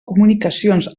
comunicacions